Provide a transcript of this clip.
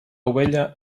ovella